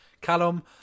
Callum